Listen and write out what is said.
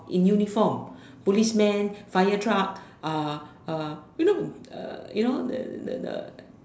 in uniform policeman fire truck uh uh you know uh you know the the the the